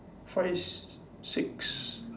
five six